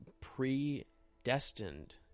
predestined